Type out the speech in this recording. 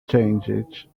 changed